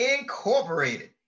Incorporated